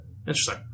Interesting